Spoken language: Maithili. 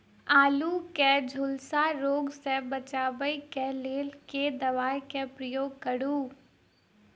आलु केँ झुलसा रोग सऽ बचाब केँ लेल केँ दवा केँ प्रयोग करू?